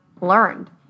learned